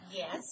yes